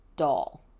doll